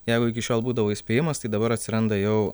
jeigu iki šiol būdavo įspėjimas tai dabar atsiranda jau